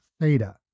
theta